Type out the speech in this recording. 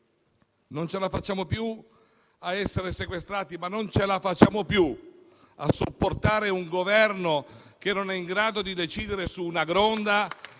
Non ce la facciamo più a essere sequestrati ma non ce la facciamo più a sopportare un Governo che non è in grado di decidere su una Gronda